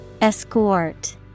Escort